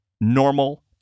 normal